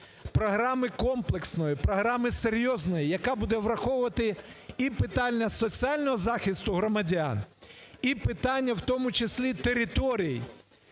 Програми комплексної, програми серйозної, яка буде враховувати і питання соціального захисту громадян, і питання в тому числі територій,